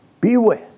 beware